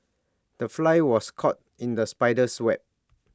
the fly was caught in the spider's web